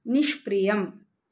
निष्क्रियम्